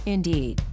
Indeed